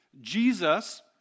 Jesus